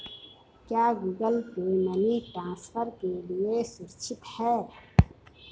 क्या Google Pay money transfer के लिए सुरक्षित है?